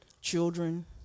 children